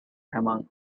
among